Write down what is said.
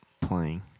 playing